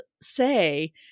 say